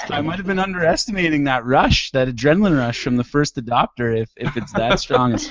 i might have been underestimating that rush, that adrenaline rush from the first adopter if if it's that strong